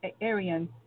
Arian